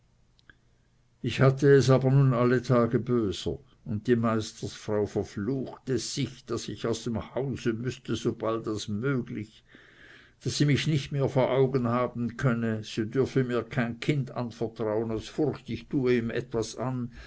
ich hatte es aber nun alle tage böser und die meistersfrau verfluchte sich daß ich aus dem hause müßte so bald als möglich daß sie mich nicht mehr vor augen haben könne sie dürfe mir kein kind anvertrauen aus furcht ich tue ihm etwas an